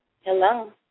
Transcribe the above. Hello